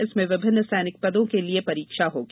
जिसमें विभिन्न सैनिक पदों के लिए परीक्षा होगी